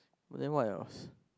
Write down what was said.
then what else